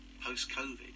post-COVID